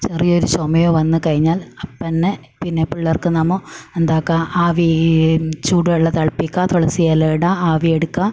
ചെറിയ ഒരു ചുമയോ വന്നു കയിഞ്ഞാൽ പെന്നെ പിന്നെ പിള്ളേർക്ക് നമ്മൾ എന്താക്കാൻ ആവീ ചൂടുവെളളം തിളപ്പിക്കുക തുളസിയില ഇടുക ആവി എടുക്കുക